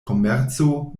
komerco